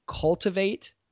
cultivate